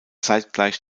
zeitgleich